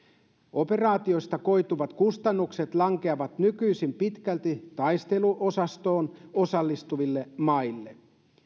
operaatiosta koituvat kustannukset lankeavat nykyisin pitkälti taisteluosastoon osallistuville maille